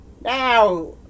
Now